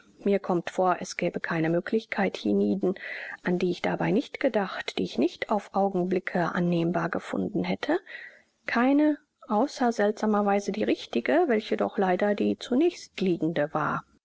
mir kommt vor es gäbe keine möglichkeit hienieden an die ich dabei nicht gedacht die ich nicht auf augenblicke annehmbar gefunden hätte keine außer seltsamerweise die richtige welche doch leider die zunächstliegende war